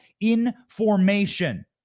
information